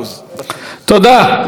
תודה ליואל חסון.